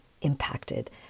impacted